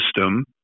system